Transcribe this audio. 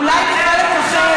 אולי תוכל לככב,